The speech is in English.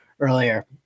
earlier